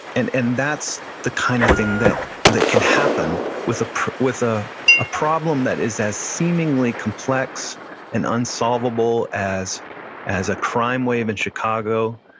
and and that's the kind of thing that that can happen with ah with ah a problem that is as seemingly seemingly complex and unsolvable as as a crime wave in chicago.